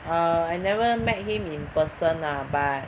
err I never met him in person lah but